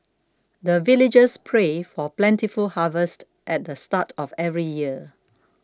the villagers pray for plentiful harvest at the start of every year